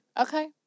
Okay